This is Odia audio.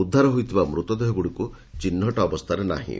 ଉଦ୍ଧାର ହୋଇଥିବା ମୃତଦେହଗୁଡ଼ିକ ଚିହ୍ନଟ ଅବସ୍ଥାରେ ନାହିଁ